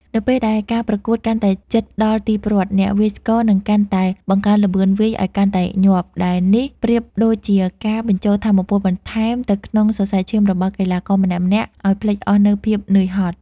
នៅពេលដែលការប្រកួតកាន់តែជិតដល់ទីព្រ័ត្រ អ្នកវាយស្គរនឹងកាន់តែបង្កើនល្បឿនវាយឱ្យកាន់តែញាប់ ដែលនេះប្រៀបដូចជាការបញ្ចូលថាមពលបន្ថែមទៅក្នុងសរសៃឈាមរបស់កីឡាករម្នាក់ៗឱ្យភ្លេចអស់នូវភាពនឿយហត់។